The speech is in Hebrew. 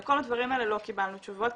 לכל הדברים האלה לא קיבלנו תשובות,